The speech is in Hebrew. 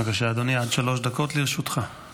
בבקשה, אדוני, עד שלוש דקות לרשותך.